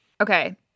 Okay